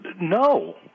No